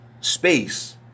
space